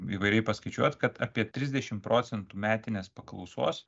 įvairiai paskaičiuot kad apie trisdešimt procentų metinės paklausos